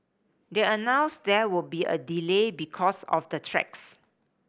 they announced there would be a delay because of the tracks